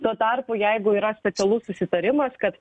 tuo tarpu jeigu yra specialus susitarimas kad